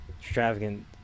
extravagant